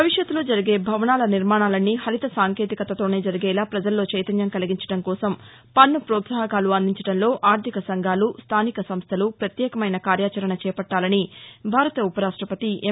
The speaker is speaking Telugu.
భవిష్యత్తులో జరిగే భవనాల నిర్మాణాలన్నీ హరిత సాంకేతికతతోనే జరిగేలా పజల్లో చైతన్యం కలిగించడంకోసం పన్ను ప్రోత్సాహకాలు అందించడంలో ఆర్థిక సంఘాలు స్థానిక సంస్థలు ప్రత్యేకమైన కార్యాచరణ చేపట్టాలని భారత ఉపరాష్టపతి ఎం